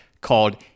called